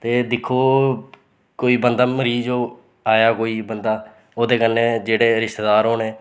ते दिक्खो कोई बंदा मरीज़ ओह् आया कोई बंदा ओह्दे कन्नै जेह्ड़े रिश्तेदार होने